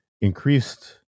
increased